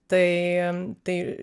tai tai